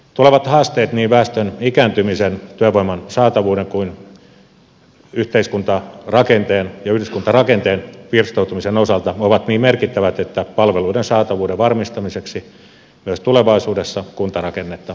tulevat haasteet niin väestön ikääntymisen työvoiman saatavuuden kuin yhteiskuntarakenteen ja yhdyskuntarakenteen pirstoutumisen osalta ovat niin merkittävät että palveluiden saatavuuden varmistamiseksi myös tulevaisuudessa kuntarakennetta on uudistettava